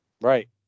right